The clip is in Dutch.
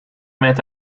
met